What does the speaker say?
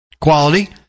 Quality